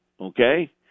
Okay